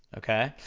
okay?